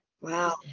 wow